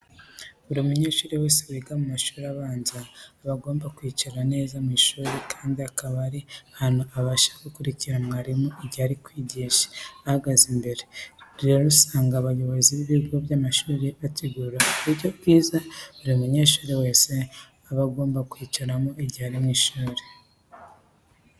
Buri munyeshuri wese wiga mu mashuri abanza, aba agomba kwicara neza mu ishuri kandi akaba ari ahantu abasha gukurikira mwarimu igihe ari kwigisha ahagaze imbere. Rero usanga abayobozi b'ibigo by'amashuri bategura uburyo bwiza buri munyeshuri wese aba agomba kwicaramo igihe ari mu ishuri.